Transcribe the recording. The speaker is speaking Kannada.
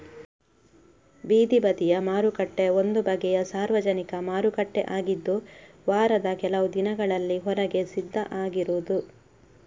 ಬೀದಿ ಬದಿಯ ಮಾರುಕಟ್ಟೆ ಒಂದು ಬಗೆಯ ಸಾರ್ವಜನಿಕ ಮಾರುಕಟ್ಟೆ ಆಗಿದ್ದು ವಾರದ ಕೆಲವು ದಿನಗಳಲ್ಲಿ ಹೊರಗೆ ಸಿದ್ಧ ಆಗಿರುದು